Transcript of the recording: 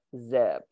zip